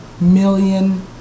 million